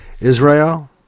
Israel